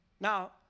Now